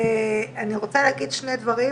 רוצה להגיד שני דברים,